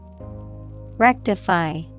Rectify